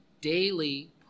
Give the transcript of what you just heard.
daily